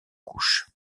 couches